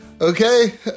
Okay